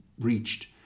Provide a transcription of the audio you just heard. reached